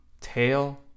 Tail